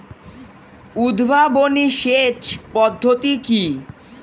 উদ্ভাবনী সেচ পদ্ধতি কি?